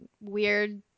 weird